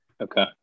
Okay